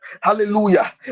hallelujah